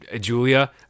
Julia